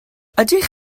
ydych